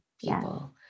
people